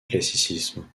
classicisme